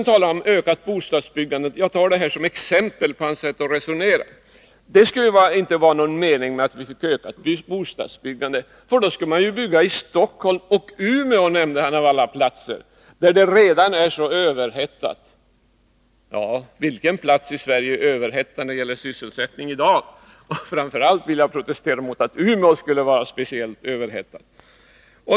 Så talar Johan Olsson om ökat bostadsbyggande. Jag tar detta som exempel på hans sätt att resonera. Det skulle inte vara någon mening med att få ett ökat bostadsbyggande, för då skulle man bygga i Stockholm och Umeå — av alla platser — där det redan är så överhettat. Ja — vilken plats i Sverige är överhettad när det gäller sysselsättning i dag? Framför allt vill jag protestera mot att Umeå skulle vara speciellt överhettat.